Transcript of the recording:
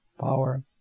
power